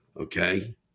okay